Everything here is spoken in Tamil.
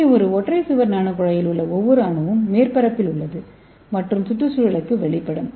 இங்கே ஒரு ஒற்றை சுவர் நானோகுழாயில் உள்ள ஒவ்வொரு அணுவும் மேற்பரப்பில் உள்ளது மற்றும் சுற்றுச்சூழலுக்கு வெளிப்படும்